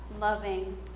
loving